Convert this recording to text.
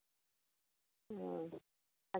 ᱦᱮᱸ